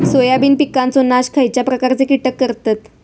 Soybean पिकांचो नाश खयच्या प्रकारचे कीटक करतत?